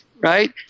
Right